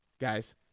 guys